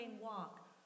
walk